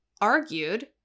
Argued